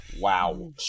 wow